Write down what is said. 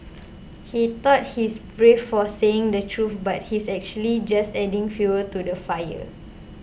he thought he's brave for saying the truth but he's actually just adding fuel to the fire